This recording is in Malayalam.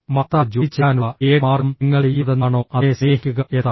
മഹത്തായ ജോലി ചെയ്യാനുള്ള ഏക മാർഗം നിങ്ങൾ ചെയ്യുന്നതെന്താണോ അതിനെ സ്നേഹിക്കുക എന്നതാണ്